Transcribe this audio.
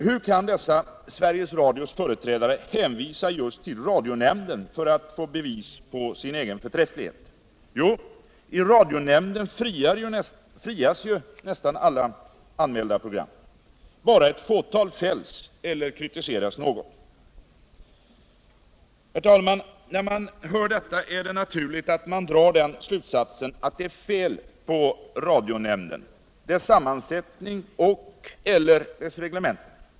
Hur kan dessa Sveriges Radios företrädare hänvisa just till radionämnden för att få bevis på sin förträfflighet? Jo, radionämnden friar nästan alla anmälda program. Bara ett fåtal fälls eller kritiseras något. Herr talman! När man hör detta är det naturligt att man drar den slutsatsen att det är fel på radionämnden, dess sammansättning eller dess reglemente.